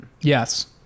Yes